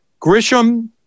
Grisham